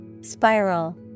Spiral